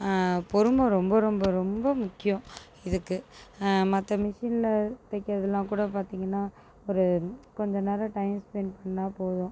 பொறுமை ரொம்ப ரொம்ப ரொம்ப முக்கியம் இதுக்கு மற்ற மிஷினில் தைக்கிறதுலாம் கூட பார்த்திங்கன்னா ஒரு கொஞ்ச நேரம் டைம் ஸ்பென் பண்ணால் போதும்